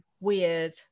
weird